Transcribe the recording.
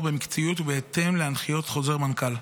במקצועיות ובהתאם להנחיות חוזר מנכ"ל.